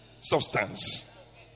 substance